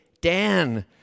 Dan